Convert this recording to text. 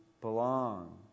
belong